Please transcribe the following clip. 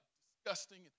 disgusting